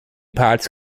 pots